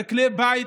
בכלי בית,